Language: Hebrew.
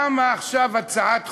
למה רק הצעת חוק,